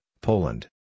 Poland